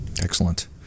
Excellent